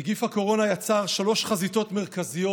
נגיף הקורונה יצר שלוש חזיתות מרכזיות